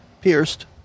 pierced